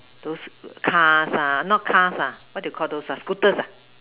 those cars ah not cars lah what do you Call those ah scooters ah